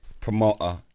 promoter